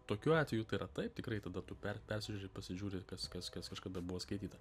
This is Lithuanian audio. tokiu atveju tai yra taip tikrai tada tu per persižiūri pasižiūri kas kas kas kažkada buvo skaityta